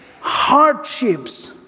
hardships